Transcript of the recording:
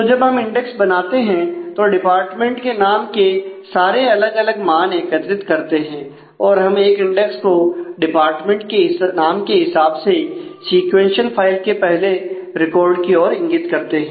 तो जब हम इंडेक्स बनाते हैं तो डिपार्टमेंट के नाम के सारे अलग अलग मान एकत्रित करते हैं और हम एक इंडेक्स को डिपार्टमेंट के नाम के हिसाब से सीक्वेंशियल फाइल के पहले रिकॉर्ड की ओर इंगित करते हैं